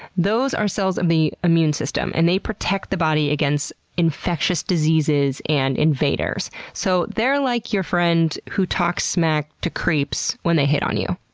those are cells of the immune system, and they protect the body against infectious diseases and invaders. so they're like your friend who talks smack to creeps when they hit on you.